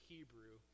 Hebrew